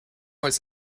was